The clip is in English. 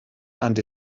and